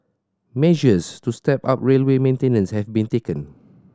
measures to step up railway maintenance have been taken